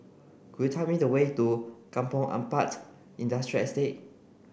could you tell me the way to Kampong Ampat Industrial Estate